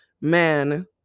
man